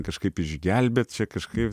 kažkaip išgelbėt čia kažkaip